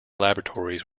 laboratories